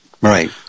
Right